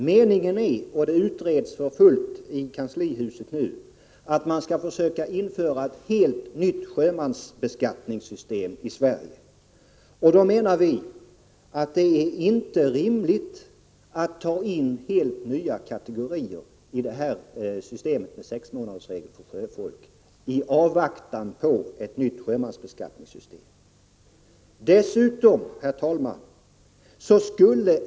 Meningen är — och detta utreds nu för fullt i kanslihuset — att vi i Sverige skall försöka införa ett helt nytt sjömansbeskattningssystem. Vi anser att det, i avvaktan på ett sådant nytt system, inte är rimligt att ta in helt nya kategorier i systemet med sexmånadersregel för sjöfolk.